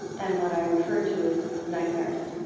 and what i refer to as nightmares.